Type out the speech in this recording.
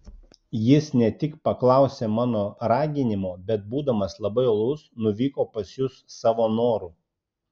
jis ne tik paklausė mano raginimo bet būdamas labai uolus nuvyko pas jus savo noru